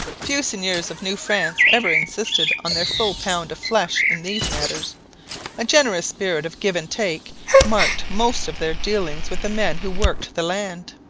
few seigneurs of new france ever insisted on their full pound of flesh in these matters a generous spirit of give and take marked most of their dealings with the men who worked the land.